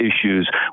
issues